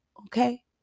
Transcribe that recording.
okay